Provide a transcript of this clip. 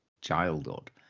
childhood